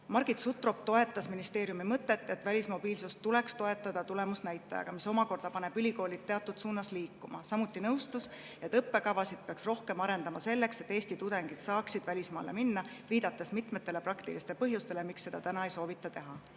Margit Sutrop toetas ministeeriumi mõtet, et välismobiilsust tuleks toetada tulemusnäitajaga, mis omakorda paneb ülikoolid teatud suunas liikuma. Samuti nõustus ta, et õppekavasid peaks rohkem arendama selleks, et Eesti tudengid saaksid välismaale minna, viidates mitmetele praktilistele põhjustele, miks seda täna ei soovita teha.